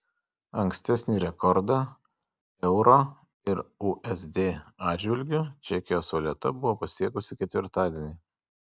ankstesnį rekordą euro ir usd atžvilgiu čekijos valiuta buvo pasiekusi ketvirtadienį